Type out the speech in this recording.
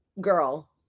girl